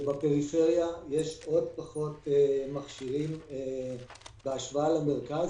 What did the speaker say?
שבפריפריה יש עוד פחות מכשירים השוואה למרכז.